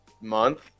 month